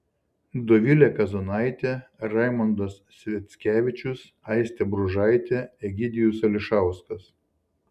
dovilė kazonaitė raimondas sviackevičius aistė bružaitė egidijus ališauskas